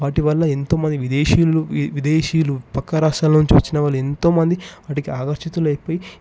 వాటి వల్ల ఎంతో మంది విదేశీయులు విదేశీయులు పక్క రాష్ట్రాల నుంచి వచ్చిన వాళ్లు ఎంతోమంది వాటికి ఆకర్షితులైపోయి